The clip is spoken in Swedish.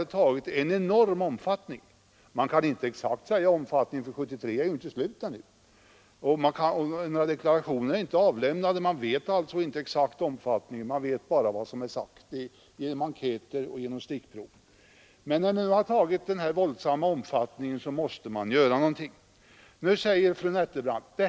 Men någon är det i alla fall som har syndat och gjort fel.